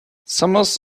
summers